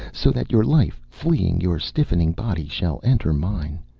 so that your life, fleeing your stiffening body, shall enter mine,